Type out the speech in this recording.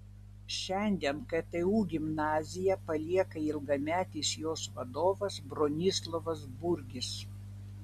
šiandien ktu gimnaziją palieka ilgametis jos vadovas bronislovas burgis